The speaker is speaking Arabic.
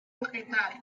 القطار